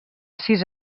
sis